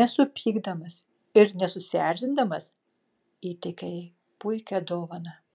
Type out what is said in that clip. nesupykdamas ir nesusierzindamas įteikia jai puikią dovaną